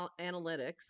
analytics